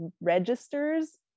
registers